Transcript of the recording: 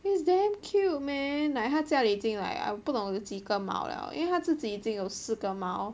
is damn cute man like 她家里已近 like erm 不懂有几个猫了因为她自己有四个猫